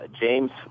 James